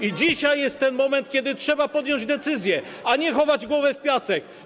I dzisiaj jest ten moment, kiedy trzeba podjąć decyzję, a nie chować głowę w piasek.